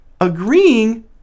agreeing